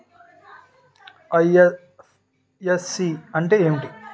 IFSC అంటే ఏమిటి?